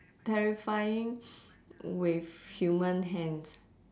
terrifying with human hands